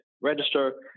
register